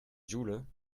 jule